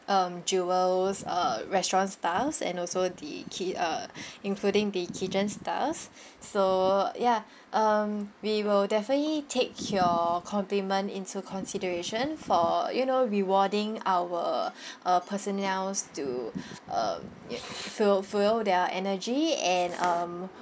um jewel's uh restaurant staffs and also the kit~ uh including the kitchen staffs so ya um we will definitely take your compliment into consideration for you know rewarding our uh personnels to um fue~ fuel their energy and um